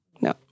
No